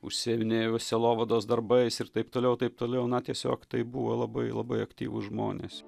užsiiminėjo sielovados darbais ir taip toliau taip toliau na tiesiog tai buvo labai labai aktyvūs žmonės